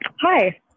Hi